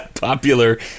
popular